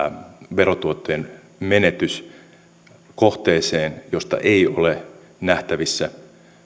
verotuottojen menetys kohteeseen josta ei ole nähtävissä